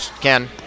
ken